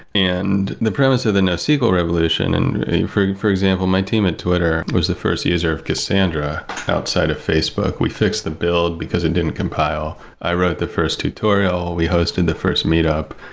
and the premise of the nosql revolution and for for example, my team twitter was the first user of cassandra outside of facebook. we fixed the build, because it didn't compile. i wrote the first tutorial. we hosted the first meet up.